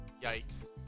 yikes